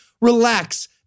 relax